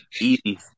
easy